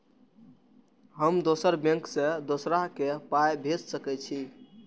हम दोसर बैंक से दोसरा के पाय भेज सके छी?